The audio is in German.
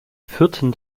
führten